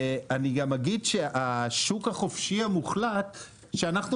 אני גם אגיד שהשוק החופשי המוחלט שאנחנו